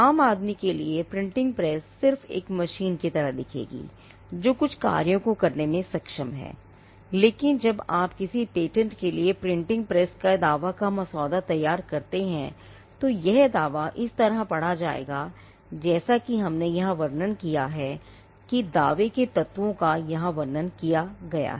आम आदमी के लिए प्रिंटिंग प्रेस सिर्फ एक मशीन की तरह दिखेगी जो कुछ कार्यों को करने में सक्षम है लेकिन जब आप किसी पेटेंट के लिए प्रिंटिंग प्रेस के दावा का मसौदा तैयार करते हैं तो यह दावा इस तरह पढ़ा जाएगा जैसा हमने यहां वर्णन किया हैजैसे दावे के तत्वों का यहां वर्णन किया गया है